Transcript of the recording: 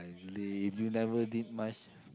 really if you never did much